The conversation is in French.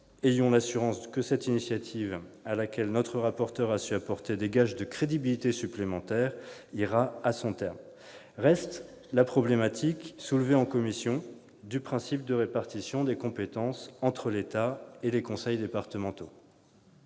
ayons l'assurance que cette initiative, à laquelle notre rapporteur a su apporter des gages de crédibilité supplémentaires, ira à son terme. Reste la problématique, soulevée en commission, du principe de répartition des compétences entre l'État et les conseils départementaux